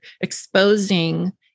exposing